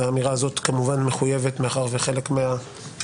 האמירה הזאת מחויבת מאחר וחלק מהדוברות,